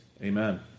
Amen